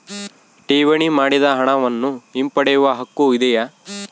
ಠೇವಣಿ ಮಾಡಿದ ಹಣವನ್ನು ಹಿಂಪಡೆಯವ ಹಕ್ಕು ಇದೆಯಾ?